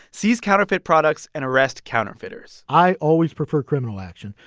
seize counterfeit products and arrest counterfeiters i always prefer criminal action.